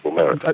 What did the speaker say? merit.